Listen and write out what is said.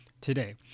today